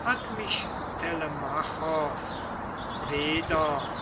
hat mich telemachos weder